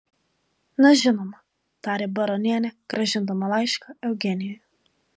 na žinoma tarė baronienė grąžindama laišką eugenijui